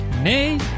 nay